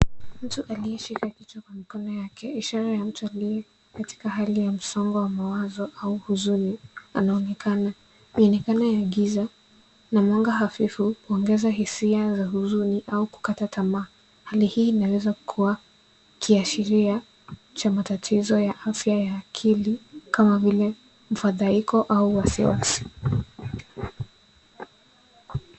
Mtu aliyeshika kichwa kwa mikono yake, ishara ya mtu aliyekatika hali ya msongo wa mawazo au huzuni anaonekana. Mionekano ya giza na mwanga hafifu huongeza hisia za huzuni au kukata tamaa. Hali hii inaweza kuwa kiashiria cha matatizo ya afya ya akili kama vile mfadhaiko au wasiwasi.